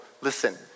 Listen